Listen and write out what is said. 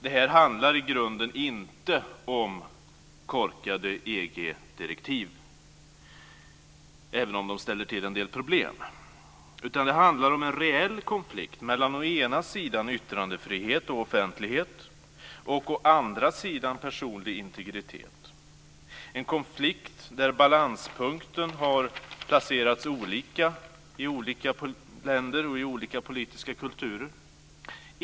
Det här handlar i grunden inte om korkade EG-direktiv, även om det ställer till en del problem, utan det handlar om en reell konflikt mellan å ena sidan yttrandefrihet och offentlighet och å andra sidan personlig integritet - en konflikt där balanspunkten har placerats olika i olika länder och i olika politiska kulturer.